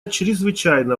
чрезвычайно